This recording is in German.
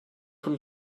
von